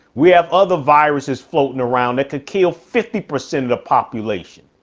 we have other viruses floating around that could kill fifty percent of the population.